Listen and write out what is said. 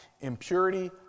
impurity